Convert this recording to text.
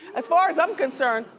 as far as i'm concerned,